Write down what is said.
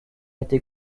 été